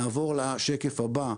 נעבור לשקף הבא.